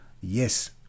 Yes